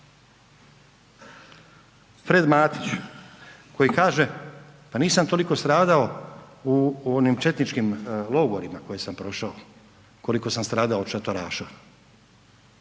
Fred Matić koji kaže, pa nisam toliko stradao u onim četničkim logorima koje sam prošao koliko sam stradao od šatoraša.